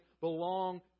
belong